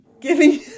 giving